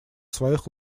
своих